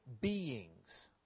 beings